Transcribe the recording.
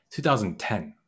2010